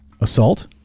assault